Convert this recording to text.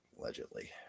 Allegedly